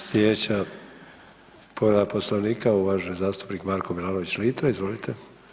Sljedeća povreda Poslovnika uvaženi zastupnik Marko Milanović Litre.